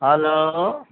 hello